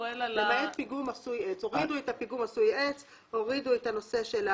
למעט פיגום עשוי עץ." הורידו את "פיגום